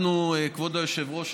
כבוד היושב-ראש,